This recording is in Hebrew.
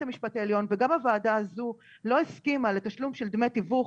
המשפט העליון וגם הוועדה הזו לא הסכימה לתשלום של דמי תיווך